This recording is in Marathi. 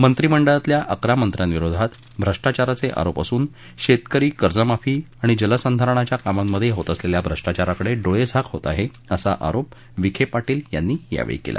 मंत्रिमंडळातल्या अकरा मंत्र्यांविरोधात भ्रष्टाचाराचे आरोप असून शेतकरी कर्जमाफी आणि जलसंधारणाच्या कामांमध्ये होत असलेल्या भ्रष्टाचाराकडे डोळेझाक होत आहे असा आरोप विखे पाटील यांनी यावेळी केला